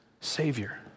Savior